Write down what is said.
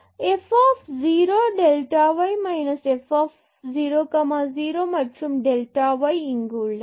f 0 delta y f 0 0 மற்றும் delta y இங்குஉள்ளது